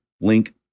Link